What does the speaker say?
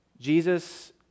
Jesus